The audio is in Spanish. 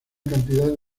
cantidad